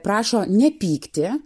prašo nepykti